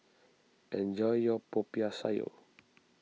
enjoy your Popiah Sayur